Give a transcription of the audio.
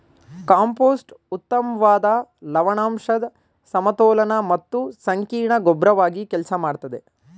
compost ಉತ್ತಮ್ವಾದ ಲವಣಾಂಶದ್ ಸಮತೋಲನ ಮತ್ತು ಸಂಕೀರ್ಣ ಗೊಬ್ರವಾಗಿ ಕೆಲ್ಸ ಮಾಡ್ತದೆ